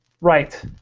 Right